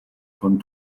von